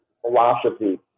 philosophy